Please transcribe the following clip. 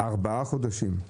ארבעה חודשים.